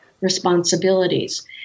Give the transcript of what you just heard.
responsibilities –